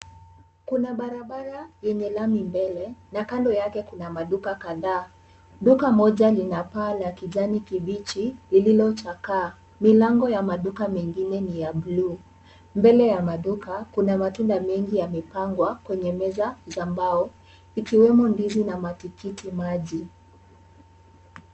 Kuna barabara yenye lami mbele na kando yake kuna maduka kadhaa. Duka moja lina paa la kijani kibichi lililochakaa. Milango ya maduka mengine ni ya bluu. Mbele ya maduka kuna matunda mengi yamepangwa kwenye meza za mbao ikiwemo ndizi na matikiti maji.